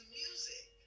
music